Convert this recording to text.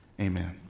Amen